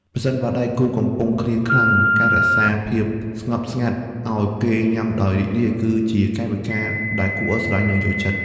ប្រសិនបើដៃគូកំពុងឃ្លានខ្លាំង ការរក្សាភាពស្ងប់ស្ងាត់ឱ្យគេញ៉ាំដោយរីករាយ គឺជាកាយវិការដែលគួរឱ្យស្រឡាញ់ និងយល់ចិត្ត។